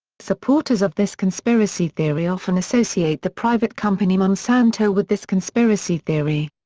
supporters of this conspiracy theory often associate the private company monsanto with this conspiracy theory.